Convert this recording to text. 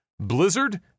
Blizzard